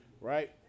Right